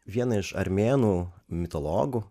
vieną iš armėnų mitologų